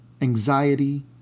anxiety